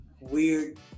weird